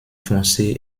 foncé